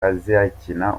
azakina